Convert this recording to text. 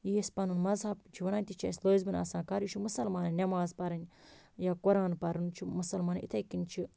یہِ اَسہِ پَنُن مَذہَب چھُ وَنان تہِ چھِ اَسہِ لٲزمَن آسان کَرُن یہ چھ مُسَلمانَن نماز پَرٕنۍ یا قران پَرُن چھُ مُسَلمانن یِتھے کنۍ چھُ